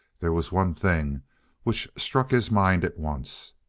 there was one thing which struck his mind at once.